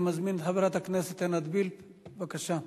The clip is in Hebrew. אני מזמין את חברת הכנסת עינת וילף, בבקשה.